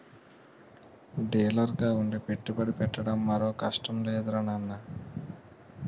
డీలర్గా ఉండి పెట్టుబడి పెట్టడం మరో కష్టం లేదురా నాన్నా